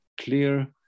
clear